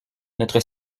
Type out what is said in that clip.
notre